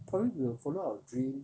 probably we'll follow our dream